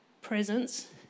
presence